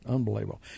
Unbelievable